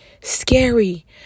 scary